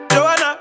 Joanna